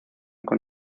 con